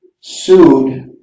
sued